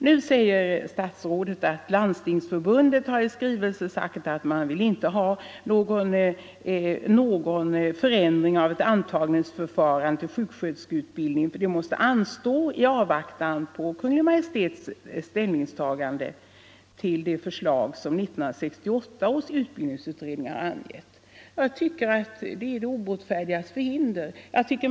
Nu säger statsrådet att Landstingsförbundet i skrivelse har förklarat — Nr 135 att man inte vill ha någon förändring av intagningsförfarandet vad gäller Onsdagen den sjuksköterskeutbildningen i avvaktan på Kungl. Maj:ts ställningstagande 4 december 1974 till det förslag som framlagts av 1968 års utbildningsutredning. Jagtycker = att detta är den obotfärdiges förhinder.